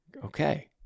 Okay